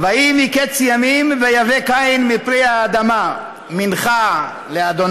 ויהי מקץ ימים ויבא קין מפרי האדמה מנחה לה',